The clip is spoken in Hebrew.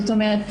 זאת אומרת,